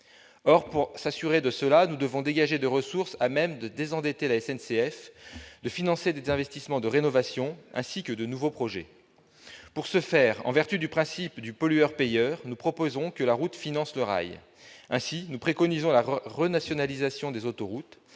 Or, pour nous assurer de cela, nous devons dégager des ressources à même de désendetter la SNCF, de financer des investissements de rénovation ainsi que de nouveaux projets. Pour ce faire, en vertu du principe « pollueur-payeur », nous proposons que la route finance le rail. Ainsi, nous préconisons la renationalisation des autoroutes.